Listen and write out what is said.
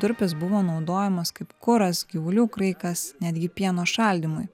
durpės buvo naudojamos kaip kuras gyvulių kraikas netgi pieno šaldymui